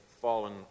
fallen